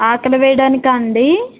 ఆకలి వేయడానికా అండి